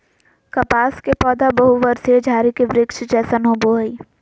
कपास के पौधा बहुवर्षीय झारी के वृक्ष जैसन होबो हइ